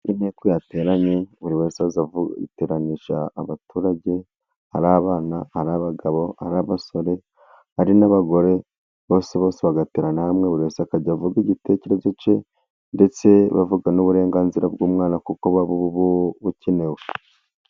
Iyo inteko yateranye buri wese aza avuga, iteranije abaturage ari abana, ari abagabo, ari abasore. ari n'abagore, bose bose bagateranira hamwe buri wese akajya avuga igitekerezo cye, ndetse bavuga n'uburenganzira bw'umwana kuko buba bukenewe.